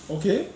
okay